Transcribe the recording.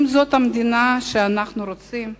האם זאת המדינה שאנחנו רוצים?